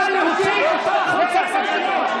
נא להוציא אותו מחוץ לאולם.